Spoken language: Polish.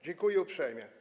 Dziękuję uprzejmie.